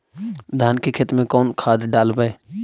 धान के खेत में कौन खाद डालबै?